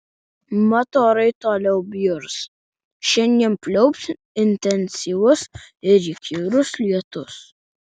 mat orai toliau bjurs šiandien pliaups intensyvus ir įkyrus lietus